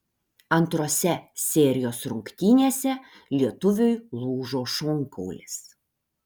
antrose serijos rungtynėse lietuviui lūžo šonkaulis